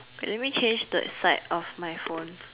but let me change the side of my phone